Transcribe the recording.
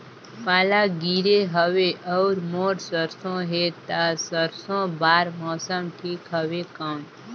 पाला गिरे हवय अउर मोर सरसो हे ता सरसो बार मौसम ठीक हवे कौन?